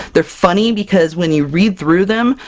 they're funny, because when you read through them,